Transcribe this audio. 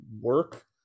work